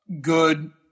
good –